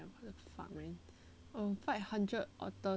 I will fight hundred otter size horses